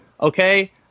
Okay